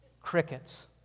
Crickets